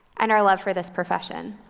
and our love for this profession.